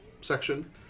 section